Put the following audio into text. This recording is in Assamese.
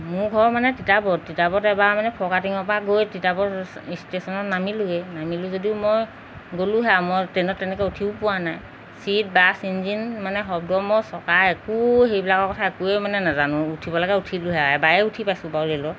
মোৰ ঘৰ মানে তিতাবৰত তিতাবৰত এবাৰ মানে ফৰকাটিঙৰ পৰা গৈ তিতাবৰত ষ্টেশ্যনত নামিলোঁগে নামিলোঁ যদিও মই গ'লোহে আৰু মই ট্ৰেইনত তেনেকৈ উঠিও পোৱা নাই চিট বাছ ইঞ্জিন মানে শব্দ মই চকা একো সেইবিলাকৰ কথা একোৱেই মানে নাজানোঁ উঠিব লাগে উঠিলোঁহে এবাৰে উঠি পাইছোঁ বাৰু ৰে'লত